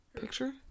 Picture